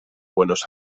buenos